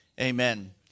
amen